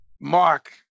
mark